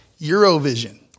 Eurovision